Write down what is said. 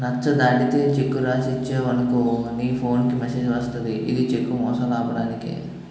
నచ్చ దాటితే చెక్కు రాసి ఇచ్చేవనుకో నీ ఫోన్ కి మెసేజ్ వస్తది ఇది చెక్కు మోసాలు ఆపడానికే